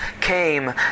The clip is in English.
came